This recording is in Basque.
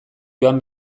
joan